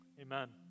Amen